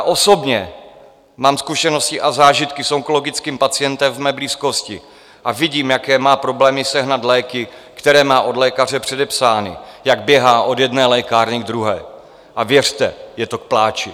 Osobně mám zkušenosti a zážitky s onkologickým pacientem v mé blízkosti a vidím, jaké má problémy sehnat léky, které má od lékaře předepsány, jak běhá od jedné lékárny k druhé, a věřte, je to k pláči.